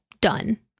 done